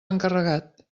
encarregat